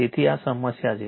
તેથી આ સમસ્યા છે